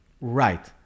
Right